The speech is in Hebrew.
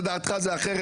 לדעתך זה אחרת.